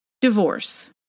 Divorce